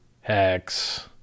hex